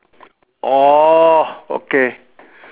orh okay